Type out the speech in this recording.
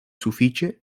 sufiĉe